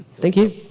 thank you.